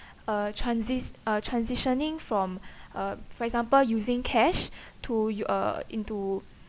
uh transit~ uh transitioning from uh for example using cash to u~ uh into